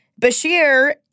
Bashir—